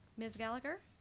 ms. gallagher?